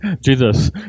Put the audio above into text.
jesus